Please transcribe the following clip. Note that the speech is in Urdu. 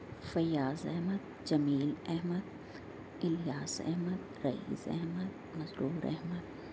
فیاض احمد جمیل احمد الیاس احمد رئیس احمد مسرور احمد